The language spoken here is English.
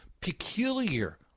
Peculiar